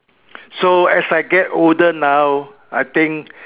so as I get older now I think